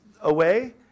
away